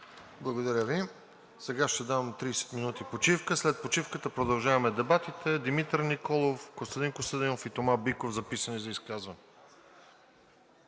Благодаря Ви. Сега ще дам 30 минути почивка. След почивката продължаваме дебатите – Димитър Николов, Костадин Костадинов и Тома Биков са записани за изказване.